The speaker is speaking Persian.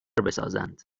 بسازند